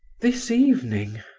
this evening!